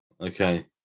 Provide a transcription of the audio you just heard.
Okay